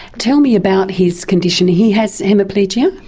tell me about his condition. he has hemiplegia?